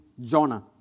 Jonah